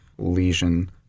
lesion